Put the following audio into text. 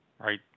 right